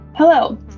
Hello